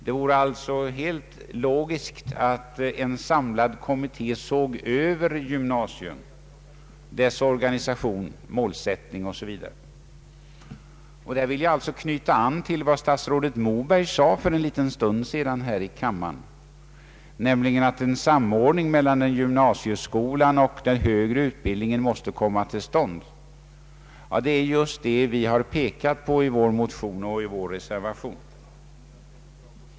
Det vore alltså helt logiskt att en samlad kommitté såg över gymnasiet, dess organisation, målsättning m.m. Där vill jag alltså knyta an till vad statsrådet Moberg sade för en liten stund sedan i denna kammare, nämligen att en samordning mellan gymnasieskolan och den högre utbildningen måste komma till stånd. Det är just det vi har pekat på i vår motion och vår reservation.